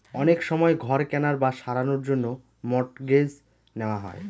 অনেক সময় ঘর কেনার বা সারানোর জন্য মর্টগেজ নেওয়া হয়